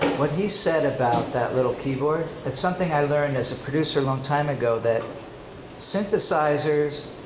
what he said about that little keyboard, that something i learned as a producer a long time ago, that synthesizers,